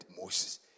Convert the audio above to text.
Moses